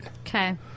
Okay